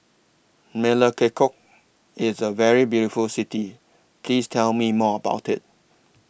Melekeok IS A very beautiful City Please Tell Me More about IT